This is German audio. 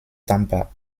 tampa